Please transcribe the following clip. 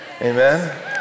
amen